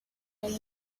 every